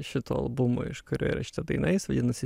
šito albumo iš kurio yra šita daina jis vadinasi